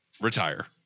retire